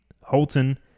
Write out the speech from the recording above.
Holton